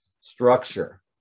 structure